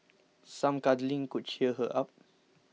some cuddling could cheer her up